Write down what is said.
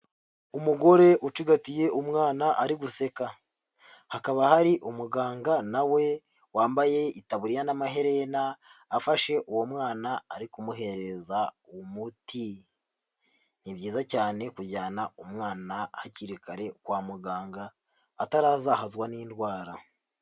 Umugore ucigatiye umwana ari guseka, hakaba hari umuganga na we wambaye itaburiya n'amaherena, afashe uwo mwana ari kumuhereza umuti, ni byiza cyane kujyana umwana hakiri kare kwa muganga, atarazahazwa n'indwara.